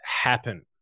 happen